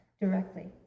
directly